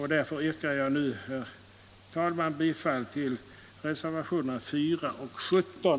Därför yrkar jag nu, herr talman, bifall till reservationerna 4 och 17.